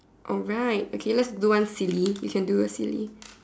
alright okay let's do one silly we can do a silly